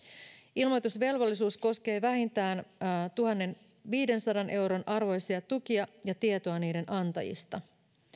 ilmoitusvelvollisuus koskee vähintään tuhannenviidensadan euron arvoisia tukia ja tietoa niiden antajista